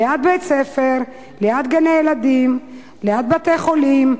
ליד בתי-ספר, ליד גני-ילדים, ליד בתי-חולים,